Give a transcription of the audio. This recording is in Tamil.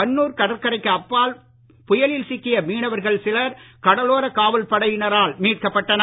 கண்ணூர் கடற்கரைக்கு அப்பால் புயலில் சிக்கிய மீனவர்கள் சிலர் கடலோர காவல் படையினரால் மீட்கப்பட்டனர்